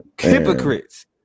Hypocrites